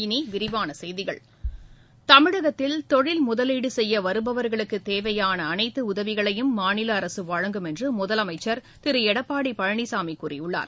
இனி விரிவான செய்திகள் தமிழகத்தில் தொழில் முதலீடு செய்ய வருபவர்களுக்கு தேவையான அனைத்து உதவிகளையும் மாநில அரசு வழங்கும் என்று முதலனமச்சர் திரு எடப்பாடி பழனிசாமி கூறியுள்ளார்